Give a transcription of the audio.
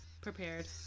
Prepared